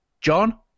John